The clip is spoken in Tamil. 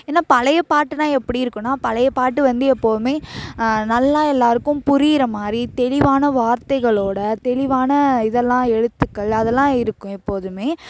என்ன பழைய பாட்டுன்னால் எப்படி இருக்குன்னால் பழைய பாட்டு வந்து எப்பவுமே நல்லா எல்லாேருக்கும் புரிகிற மாதிரி தெளிவான வார்த்தைகளோடு தெளிவான இதெல்லாம் எழுத்துக்கள் அதெல்லாம் இருக்கும் எப்போதுமே